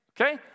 okay